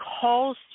calls